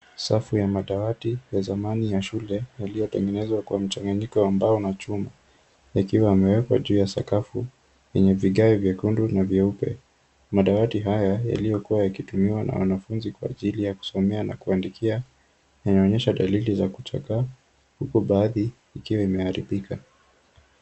Safu ya madawati ya zamani ya shule, yaliyo tengenezwa kwa mcchanganyiko wa mbao na chuma, yakiwa yamewekwa juu ya sakafu yenye vigae vyekundu na vyeupe. Madawati haya, yaliyokuwa yakitumiwa na wanafunzi kwa ajili ya kusomea na kuandikia, yanaonyesha dalili ya kuchoka, huku baadhi zikiwa zimeharibika.